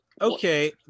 Okay